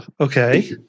Okay